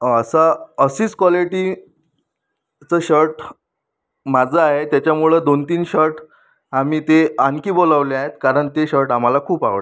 असं अशीच क्वालिटीचं शर्ट माझं आहे त्याच्यामुळं दोन तीन शर्ट आम्ही ते आणखी बोलवले आहे कारण ते शर्ट आम्हाला खूप आवडले